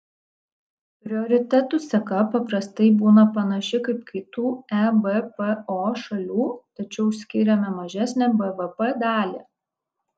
prioritetų seka paprastai būna panaši kaip kitų ebpo šalių tačiau skiriame mažesnę bvp dalį